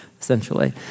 essentially